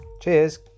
Cheers